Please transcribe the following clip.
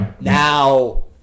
now